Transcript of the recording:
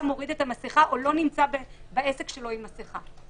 מוריד את המסיכה או לא נמצא בעסק שלו עם מסיכה.